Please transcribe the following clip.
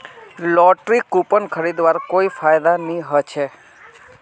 lottery coupon खरीदवार कोई फायदा नी ह छ